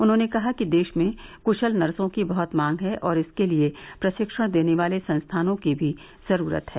उन्होंने कहा कि देश में क्शल नर्सों की बहत मांग है और इसके लिए प्रशिक्षण देने वाले संस्थानों की भी जरूरत है